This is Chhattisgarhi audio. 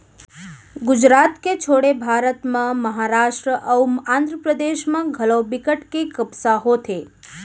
गुजरात के छोड़े भारत म महारास्ट अउ आंध्रपरदेस म घलौ बिकट के कपसा होथे